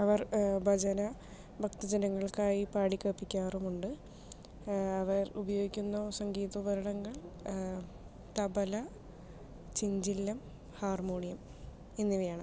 അവർ ഭജന ഭക്തജനങ്ങൾക്കായി പാടിക്കേൾപ്പിക്കാറുമുണ്ട് അവർ ഉപയോഗിക്കുന്ന സംഗീത ഉപകരണങ്ങൾ തബല ചിഞ്ചില്ലം ഹാർമോണിയം എന്നിവയാണ്